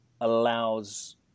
allows